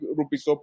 rupees